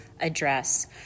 address